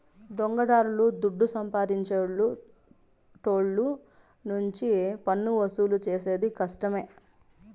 దొంగదారుల దుడ్డు సంపాదించేటోళ్ళ నుంచి పన్నువసూలు చేసేది కష్టమే